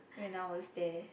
when I was there